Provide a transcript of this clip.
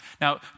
Now